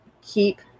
keep